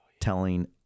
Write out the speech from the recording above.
telling